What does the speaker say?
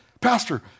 Pastor